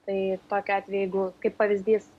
tai tokiu atveju jeigu kaip pavyzdys